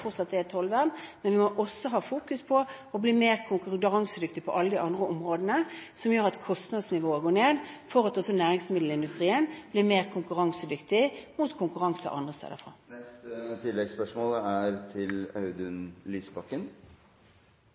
fortsatt er tollvern. Men vi må også fokusere på å bli mer konkurransedyktige på alle de andre områdene, noe som gjør at kostnadsnivået går ned for at også næringsmiddelindustrien blir mer konkurransedyktig mot konkurranse andre steder fra. Audun Lysbakken – til